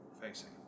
facing